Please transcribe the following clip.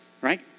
Right